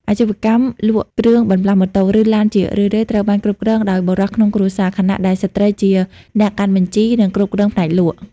អាជីវកម្មលក់គ្រឿងបន្លាស់ម៉ូតូ ឬឡានជារឿយៗត្រូវបានគ្រប់គ្រងដោយបុរសក្នុងគ្រួសារ ខណៈដែលស្ត្រីជាអ្នកកាន់បញ្ជី និងគ្រប់គ្រងផ្នែកលក់។